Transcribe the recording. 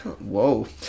Whoa